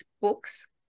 books